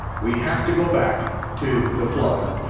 we have to go back to the flood.